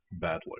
badly